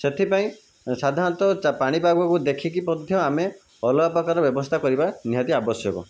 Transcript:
ସେଥିପାଇଁ ସାଧାରଣତ ପାଣିପାଗକୁ ଦେଖିକି ମଧ୍ୟ ଆମେ ଅଲଗାପ୍ରକାର ବ୍ୟବସ୍ଥା କରିବା ନିହାତି ଆବଶ୍ୟକ